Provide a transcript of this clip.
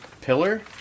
Pillar